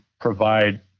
provide